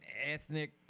ethnic